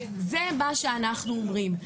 זה מה שאנחנו אומרים.